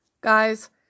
Guys